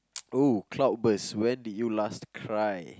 oh cloudburst when did you last cry